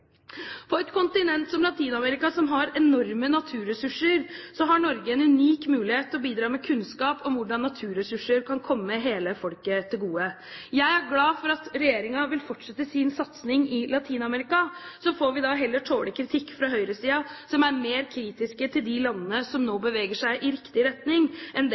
som har enorme naturressurser, har Norge en unik mulighet til å bidra med kunnskap om hvordan de ressursene kan komme hele folket til gode. Jeg er glad for at regjeringen vil fortsette sin satsing i Latin-Amerika. Så får vi heller tåle kritikk fra høyresiden, som er mer kritiske til de landene som nå beveger seg i riktig retning, enn det